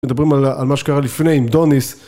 מדברים על מה שקרה לפני עם דוניס